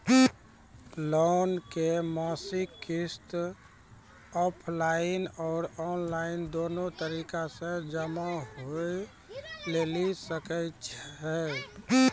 Loan के मासिक किस्त ऑफलाइन और ऑनलाइन दोनो तरीका से जमा होय लेली सकै छै?